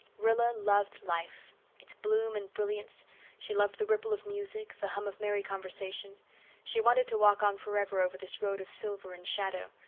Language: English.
rilla loved life its bloom and brilliance she loved the ripple of music, the hum of merry conversation she wanted to walk on forever over this road of silver and shadow.